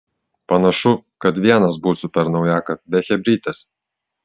panašu kad vienas būsiu per naujaką be chebrytės